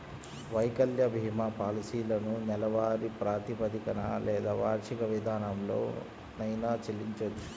వైకల్య భీమా పాలసీలను నెలవారీ ప్రాతిపదికన లేదా వార్షిక విధానంలోనైనా చెల్లించొచ్చు